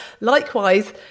likewise